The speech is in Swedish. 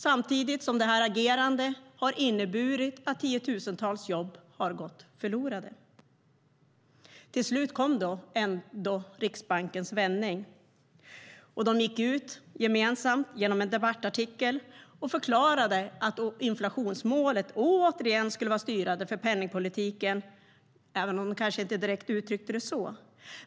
Samtidigt har det agerandet inneburit att tiotusentals jobb har gått förlorade. Riksbankens vändning kom ändå till slut. De gick ut gemensamt i en debattartikel och förklarade att inflationsmålet återigen skulle vara styrande för penningpolitiken, även om de inte direkt uttryckte det på det sättet.